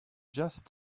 just